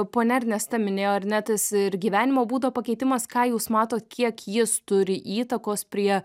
ponia ernesta minėjo ar ne tas ir gyvenimo būdo pakeitimas ką jūs matot kiek jis turi įtakos prie